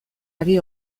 ari